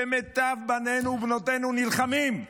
שמיטב בנינו ובנותינו נלחמים,